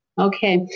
Okay